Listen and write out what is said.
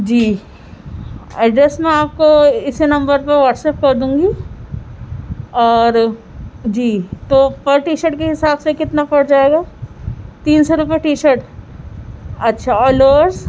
جی address میں آپ کو اسی نمبر پر واٹس اپ کردوں گی اور جی تو پر ٹی شرٹ کے حساب سے کتنا پڑ جائے گا تین سو روپے ٹی شرٹ اچھا اور لوورس